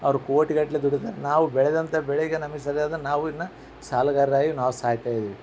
ಅವರು ಕೋಟಿಗಟ್ಟಲೆ ದುಡಿತಾರೆ ನಾವು ಬೆಳೆದಂಥ ಬೆಳೆಗೆ ನಮಗೆ ಸರಿಯಾದ ನಾವು ಇನ್ನು ಸಾಲಗಾರರಾಗಿ ನಾವು ಸಾಯ್ತ ಇದೀವಿ